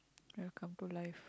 welcome to life